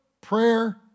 prayer